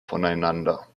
voneinander